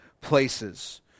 places